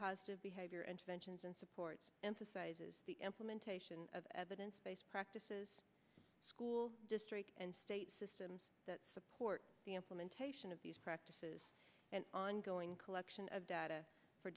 positive behavior interventions and supports emphasizes the implementation of evidence based practices school district and state systems that support the implementation of these practices and ongoing collection of data for